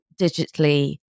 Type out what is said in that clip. digitally